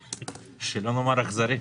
מי בעד ההסתייגות?